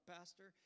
Pastor